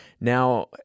now